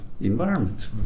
environment